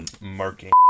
Marking